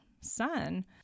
son